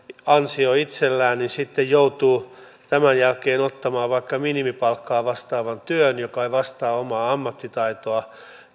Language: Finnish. työansio itsellään niin sitten joutuu tämän jälkeen ottamaan vaikka minimipalkkaa vastaavan työn joka ei vastaa omaa ammattitaitoa